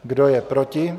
Kdo je proti?